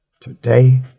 today